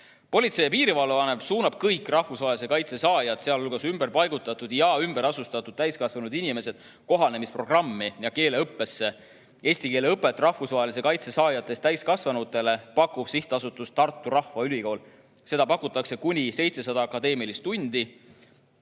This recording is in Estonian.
Politsei- ja Piirivalveamet suunab kõik rahvusvahelise kaitse saajad, sealhulgas ümberpaigutatud ja ümberasustatud täiskasvanud inimesed, kohanemisprogrammi ja keeleõppesse. Eesti keele õpet rahvusvahelise kaitse saajatest täiskasvanutele pakub SA Tartu Rahvaülikool. Seda pakutakse kuni 700 akadeemilist tundi,